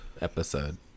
episode